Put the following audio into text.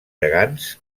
gegants